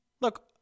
Look